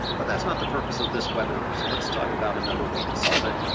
but that's not the purpose of this webinar. so let's talk about another way to solve it,